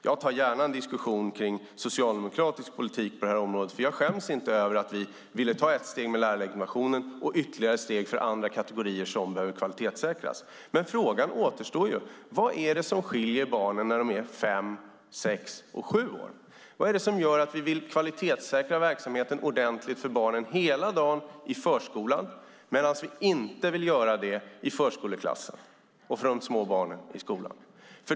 Jag tar gärna en diskussion kring socialdemokratisk politik på det här området, för jag skäms inte över att vi ville ta ett steg med lärarlegitimationen och ytterligare steg för andra kategorier som behöver kvalitetssäkras. Men frågan återstår: Vad är det som skiljer barn som är fem år från barn som är sex och sju år? Vad är det som gör att vi vill kvalitetssäkra verksamheten ordentligt för barnen hela dagen i förskolan men inte vill göra det för barnen i förskoleklassen och för de små barnen i skolan?